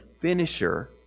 finisher